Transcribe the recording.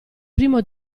primo